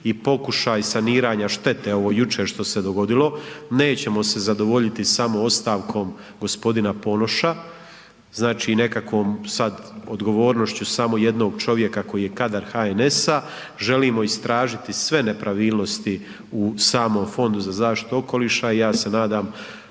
i pokušaj saniranja štete ovo jučer što se dogodilo. Nećemo se zadovoljiti samo ostavkom gospodina Ponoša, znači nekakvom sad odgovornošću samo jednog čovjeka koji je kadar NHS-a. Želimo istražiti sve nepravilnosti u samom Fondu za zaštitu okoliša i ja se nadam